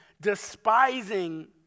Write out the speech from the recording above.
despising